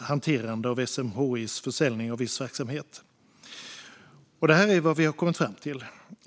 hanterande av SMHI:s försäljning av viss verksamhet, och detta är vad vi har kommit fram till.